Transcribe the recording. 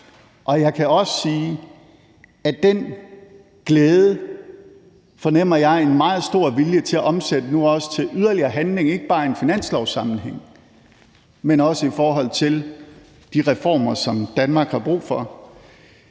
Jeg kan også sige, at den glæde fornemmer jeg en meget stor vilje til nu også at omsætte til yderligere handling, ikke bare i en finanslovsammenhæng, men også i forhold til de reformer, som Danmark har brug for.